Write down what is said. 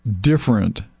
different